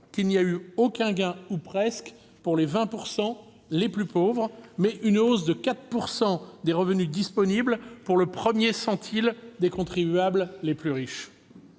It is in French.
qu'il n'y a eu aucun gain, ou presque, pour les 20 % les plus pauvres, mais qu'il y a eu une hausse de 4 % des revenus disponibles pour le premier centile des contribuables les plus riches.